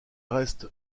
restes